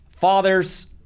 fathers